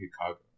Chicago